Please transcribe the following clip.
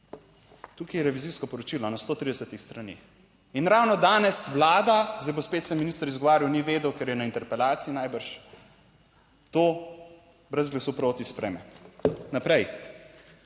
Tukaj je revizijsko poročilo na 130 straneh. In ravno danes Vlada, zdaj bo spet se minister izgovarjal, ni vedel, ker je na interpelaciji najbrž, to brez glasu proti sprejme naprej.